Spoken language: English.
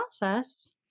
process